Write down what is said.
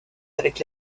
avec